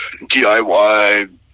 DIY